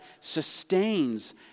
sustains